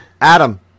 Adam